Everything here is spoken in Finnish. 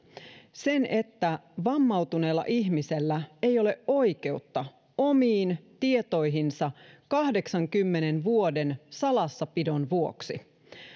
sen että vammautuneella ihmisellä ei ole oikeutta omiin tietoihinsa kahdeksankymmenen vuoden salassapidon vuoksi